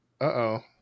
uh-oh